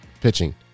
pitching